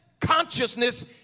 consciousness